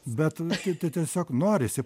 bet tai tai tiesiog norisi